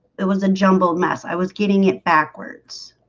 it was a jumbled mess. i was getting it backwards